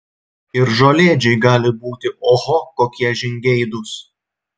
ir žolėdžiai gali būti oho kokie žingeidūs